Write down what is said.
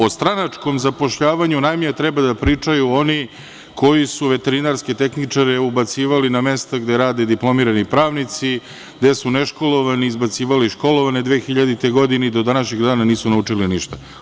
O stranačkom zapošljavanju najmanje treba da pričaju oni koji su veterinarske tehničare ubacivali na mesta gde rade diplomirani pravnici, gde su neškolovani izbacivali školovane 2000. godine i do današnjeg dana nisu naučili ništa.